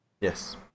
Yes